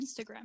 instagram